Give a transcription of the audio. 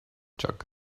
jug